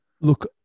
Look